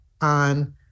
on